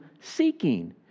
seeking